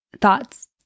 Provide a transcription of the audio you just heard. thoughts